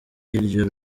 iryo